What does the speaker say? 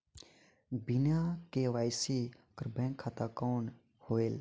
बिना के.वाई.सी कर बैंक खाता कौन होएल?